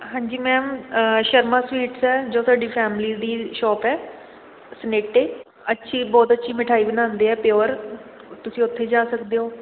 ਹਾਂਜੀ ma'am Sharma sweets ਹੈ ਜੋ ਸਾਡੀ ਫੈਮਿਲੀ ਦੀ ਸ਼ੌਪ ਹੈ ਸਨੇਟੇ ਅੱਛੀ ਬਹੁਤ ਅੱਛੀ ਮਿਠਾਈ ਬਣਾਉਂਦੇ ਆ ਪਿਓਰ ਤੁਸੀਂ ਉੱਥੇ ਜਾ ਸਕਦੇ ਹੋ